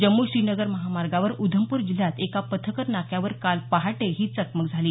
जम्मू श्रीनगर महामार्गावर उधमपूर जिल्ह्यात एका पथकर नाक्यावर काल पहाटे ही चकमक झाली